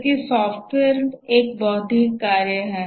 जबकि सॉफ्टवेयर एक बौद्धिक कार्य है